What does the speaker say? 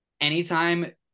anytime